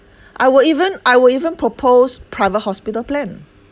I will even I will even propose private hospital plan